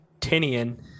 Tinian